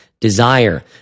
desire